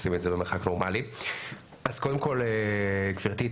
קודם כל גברתי,